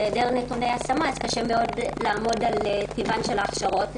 בהיעדר נתוני השמה קשה מאוד לעמוד על טיבן של ההכשרות,